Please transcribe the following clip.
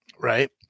right